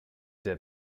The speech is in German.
der